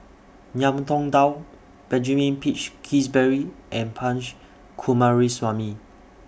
Ngiam Tong Dow Benjamin Peach Keasberry and Punch Coomaraswamy